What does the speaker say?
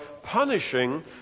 punishing